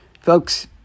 Folks